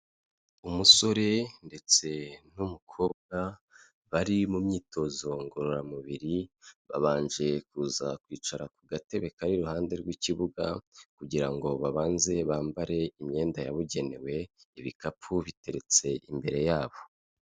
Umusore ndetse n'umukobwa, bari mu myitozo ngororamubiri, babanje kuza kwicara ku gatebe kari iruhande rw'ikibuga kugira ngo babanze bambare imyenda yabugenewe, ibikapu biteretse imbere yabo.